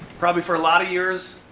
probably for a lot of years,